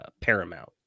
Paramount